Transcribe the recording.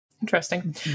interesting